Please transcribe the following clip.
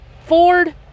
Ford